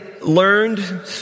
learned